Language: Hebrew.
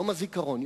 יום הזיכרון,